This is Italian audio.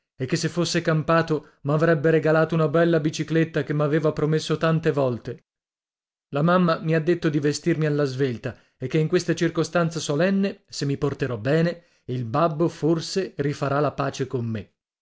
che se fosse campato m'avrebbe regalato una bella bicicletta che m'aveva promesso tante volte la mamma mi ha detto di vestirmi alla svelta e che in questa circostanza solenne se mi porterò bene il babbo forse rifarà la pace con me